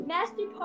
Master